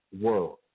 world